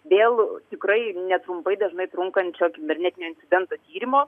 dėl tikrai netrumpai dažnai trunkančio kibernetinių incidentų tyrimo